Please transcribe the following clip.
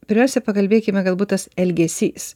pirmiausia pakalbėkime galbūt tas elgesys